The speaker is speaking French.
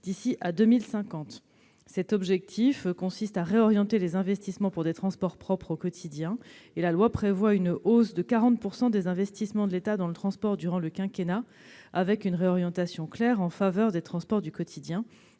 d'ici à 2050. Il s'agit de réorienter les investissements en faveur de transports propres au quotidien. Le texte prévoit ainsi une hausse de 40 % des investissements de l'État dans le transport durant le quinquennat, avec une réorientation claire en faveur des transports du quotidien